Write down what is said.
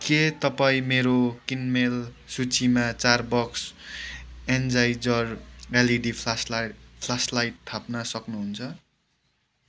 के तपाईँ मेरो किनमेल सुचीमा चार box Energizer LED flashlight flashlight थाप्न सक्नुहुन्छ